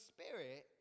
Spirit